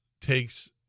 takes